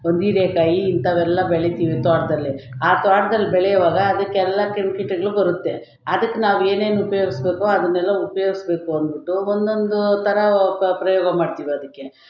ಒಂದು ಹೀರೇಕಾಯಿ ಇಂಥವೆಲ್ಲ ಬೆಳಿತೀವಿ ತೋಟ್ದಲ್ಲಿ ಆ ತೋಟ್ದಲ್ಲಿ ಬೆಳೆಯುವಾಗ ಅದಕ್ಕೆಲ್ಲ ಕ್ರಿಮಿ ಕೀಟಗಳು ಬರುತ್ತೆ ಅದಕ್ಕೆ ನಾವು ಏನೇನು ಉಪ್ಯೋಗಿಸ್ಬೇಕೋ ಅದನ್ನೆಲ್ಲ ಉಪ್ಯೋಗಿಸ್ಬೇಕು ಅಂದ್ಬಿಟ್ಟು ಒಂದೊಂದು ಥರ ಪ್ರಯೋಗ ಮಾಡ್ತೀವಿ ಅದಕ್ಕೆ